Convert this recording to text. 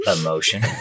emotion